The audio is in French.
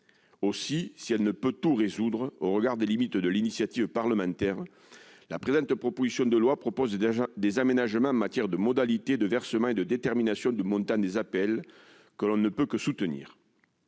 Aussi, même si elle ne peut tout résoudre au regard des limites de l'initiative parlementaire, la présente proposition de loi prévoit des aménagements en matière de modalités de versement et de détermination du montant des APL que l'on ne peut que soutenir.